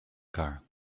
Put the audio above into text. car